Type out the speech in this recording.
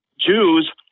Jews